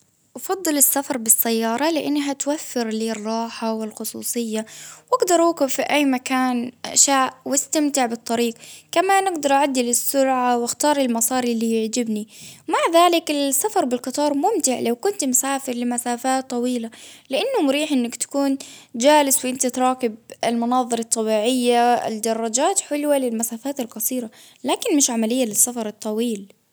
أفضل السفر بالسيارة لإنها توفر لي الراحة والخصوصية، وأقدر أوقف في أي مكان وأستمتع بالطريق، كمان أقدر أعدل السرعة وأختار المصاري اللي يعجبني، مع ذلك السفر بالقطار ممتع لو كنت مسافر لمسافات طويلة، لإنه مريح إنك تكون جالس وإنت تراقب المناظر الطبيعية ،الدرجات حلوة للمسافات القصيرة، لكن مش عملية للسفر الطويل